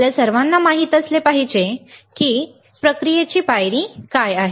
आपल्या सर्वांना माहित असले पाहिजे की आपण पाहूया प्रक्रियेची पायरी काय आहे